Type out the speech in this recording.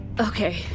Okay